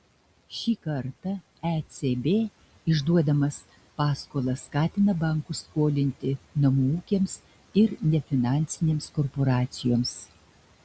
šį kartą ecb išduodamas paskolas skatina bankus skolinti namų ūkiams ir nefinansinėms korporacijoms